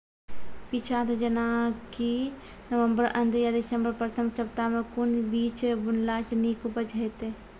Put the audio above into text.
पीछात जेनाकि नवम्बर अंत आ दिसम्बर प्रथम सप्ताह मे कून बीज बुनलास नीक उपज हेते?